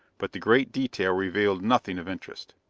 but the great detail revealed nothing of interest.